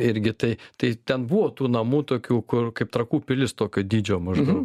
irgi tai tai ten buvo tų namų tokių kur kaip trakų pilis tokio dydžio maždaug